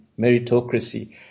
meritocracy